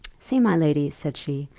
see, my lady, said she,